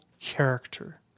character